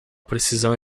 precisão